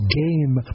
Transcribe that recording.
game